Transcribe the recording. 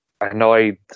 annoyed